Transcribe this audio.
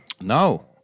No